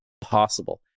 possible